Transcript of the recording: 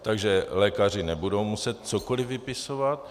Takže lékaři nebudou muset cokoliv vypisovat.